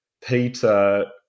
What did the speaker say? Peter